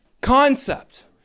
concept